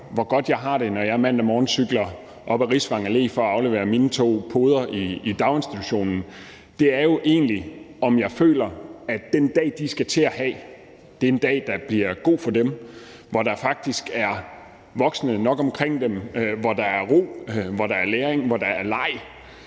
hvor godt jeg har det, når jeg mandag morgen cykler op ad Risvang Allé for at aflevere mine to poder i daginstitutionen, jo egentlig er, om jeg føler, at den dag, de skal til at have, er en dag, der bliver god for dem, hvor der faktisk er voksne nok omkring dem, hvor der er ro, hvor der er læring, hvor der er leg,